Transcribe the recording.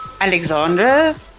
Alexandra